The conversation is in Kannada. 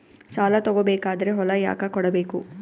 ಸಾಲ ತಗೋ ಬೇಕಾದ್ರೆ ಹೊಲ ಯಾಕ ಕೊಡಬೇಕು?